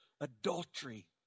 adultery